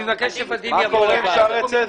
אני מבקש ש-ודים יבוא לוועדה.